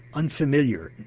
unfamiliar,